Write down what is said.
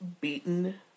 beaten